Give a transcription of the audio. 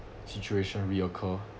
situation reoccur